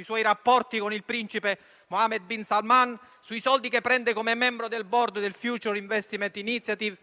sui suoi rapporti con il principe Mohammed bin Salman; sui soldi che prende come membro del *board* del Future investment initiative,